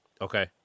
Okay